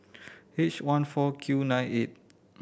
H one four Q nine eight